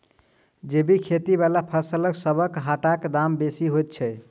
जैबिक खेती बला फसलसबक हाटक दाम बेसी होइत छी